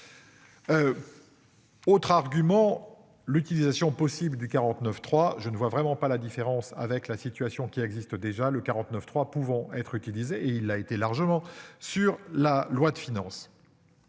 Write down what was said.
Autre argument, l'utilisation possible du 49.3, je ne vois vraiment pas la différence avec la situation qui existe déjà le 49.3 pouvant être utilisées et il a été largement sur la loi de finances.